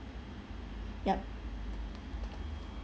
yup